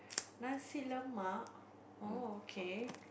nasi-Lemak oh okay